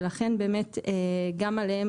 ולכן גם עליהם,